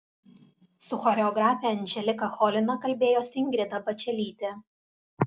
su choreografe anželika cholina kalbėjosi ingrida bačelytė